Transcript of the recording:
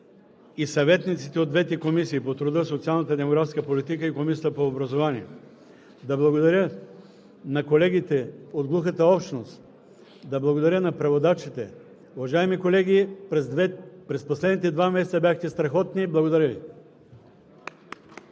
и съветниците от двете комисии – по труда, социалната и демографската политика и по образованието и науката. Да благодаря на колегите от глухата общност, да благодаря и на преводачите. Уважаеми колеги, през последните два месеца бяхте страхотни! Благодаря Ви.